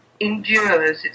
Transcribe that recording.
endures